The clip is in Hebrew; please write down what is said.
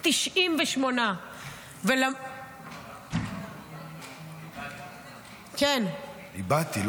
98. איבדתי.